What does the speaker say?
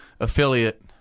affiliate